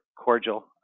cordial